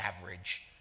average